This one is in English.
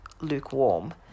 lukewarm